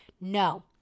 No